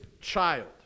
child